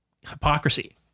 hypocrisy